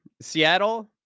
Seattle